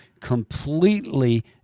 completely